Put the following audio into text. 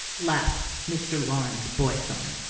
laughed mr. lawrence boythorn,